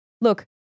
look